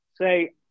Say